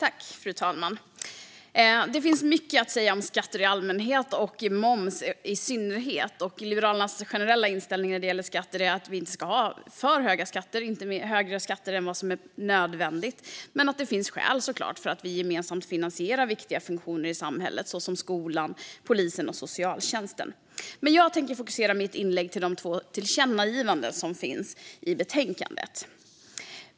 Fru talman! Det finns mycket att säga om skatter i allmänhet och moms i synnerhet. Liberalernas generella inställning när det gäller skatter är att vi inte ska ha högre skatter än vad som är nödvändigt men att det såklart finns skäl för att vi gemensamt finansierar viktiga funktioner i samhället såsom skolan, polisen och socialtjänsten. Jag tänker fokusera mitt inlägg på de två tillkännagivanden som finns i betänkandet.